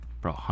bro